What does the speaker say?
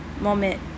moment